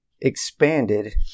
Expanded